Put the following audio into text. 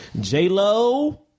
J-Lo